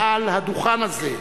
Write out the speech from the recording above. על הדוכן זה,